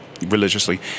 religiously